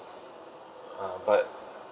uh but